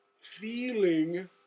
feeling